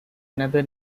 another